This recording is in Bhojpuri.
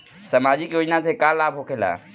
समाजिक योजना से का लाभ होखेला?